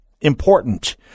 important